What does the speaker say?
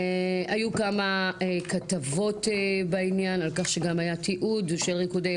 היו כמה כתבות בעניין על כך שגם היה תיעוד של ריקודי